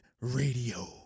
Radio